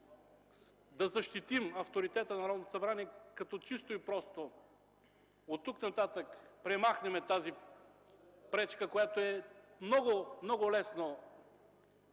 да защитим авторитета на Народното събрание, като чисто и просто оттук нататък премахнем тази пречка, която много лесно